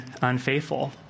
unfaithful